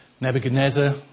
Nebuchadnezzar